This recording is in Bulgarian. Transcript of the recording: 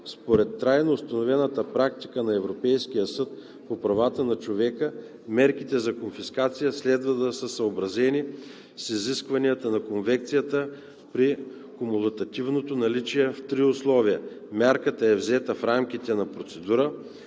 Според трайно установената практика на Европейския съд по правата на човека мерките за конфискация следва да са съобразени с изискванията на Конвенцията при кумулативното наличие на три условия: мярката е взета в рамките на процедура,